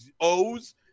O's